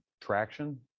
traction